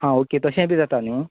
हा ओके तशें बी जाता न्हू